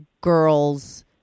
girls